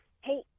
hey